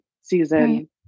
Season